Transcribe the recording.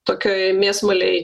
tokioje mėsmalėj